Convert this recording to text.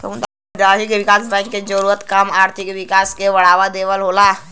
सामुदायिक विकास बैंक के जरूरी काम आर्थिक विकास के बढ़ावा देवल होला